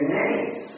names